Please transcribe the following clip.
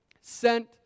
Sent